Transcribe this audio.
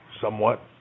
somewhat